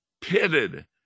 pitted